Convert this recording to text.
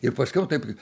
ir paskiau taip